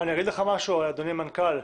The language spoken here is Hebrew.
אדוני המנכ"ל,